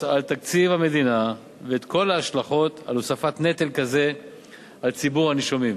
על תקציב המדינה ואת כל ההשלכות על הוספת נטל כזה על ציבור הנישומים.